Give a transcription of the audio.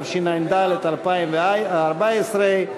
התשע"ד 2014,